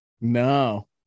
No